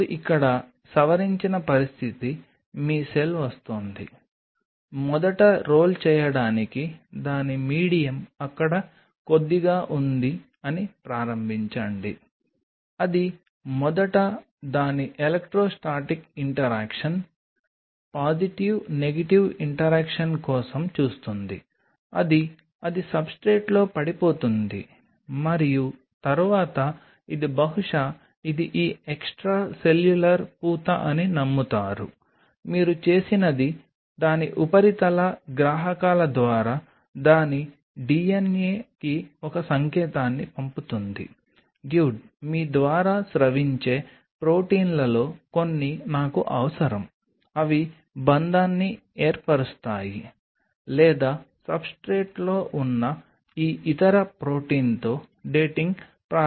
ఇప్పుడు ఇక్కడ సవరించిన పరిస్థితి మీ సెల్ వస్తోంది మొదట రోల్ చేయడానికి దాని మీడియం అక్కడ కొద్దిగా ఉంది అని ప్రారంభించండి అది మొదట దాని electrostatic interaction positive negative interaction కోసం చూస్తుంది అది అది సబ్స్ట్రేట్లో పడిపోతుంది మరియు తరువాత ఇది బహుశా ఇది ఈ ఎక్స్ట్రాసెల్యులార్ పూత అని నమ్ముతారు మీరు చేసినది దాని ఉపరితల గ్రాహకాల ద్వారా దాని DNA కి ఒక సంకేతాన్ని పంపుతుంది డ్యూడ్ మీ ద్వారా స్రవించే ప్రోటీన్లలో కొన్ని నాకు అవసరం అవి బంధాన్ని ఏర్పరుస్తాయి లేదా సబ్స్ట్రేట్లో ఉన్న ఈ ఇతర ప్రోటీన్తో డేటింగ్ ప్రారంభమవుతుంది